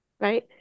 Right